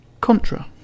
Contra